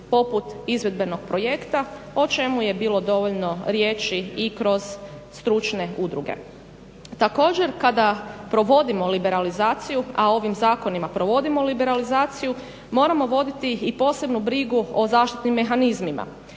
poput izvedbenog projekta o čemu je bilo dovoljno riječi i kroz stručne udruge. Također kada provodimo liberalizaciju, a ovim zakonima provodimo liberalizaciju moramo voditi i posebnu brigu o zaštitnim mehanizmima.